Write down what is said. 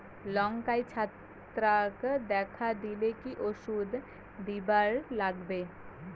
লঙ্কায় ছত্রাক দেখা দিলে কি ওষুধ দিবার লাগবে?